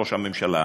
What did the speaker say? ראש הממשלה,